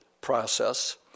process